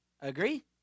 Agree